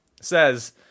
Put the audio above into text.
says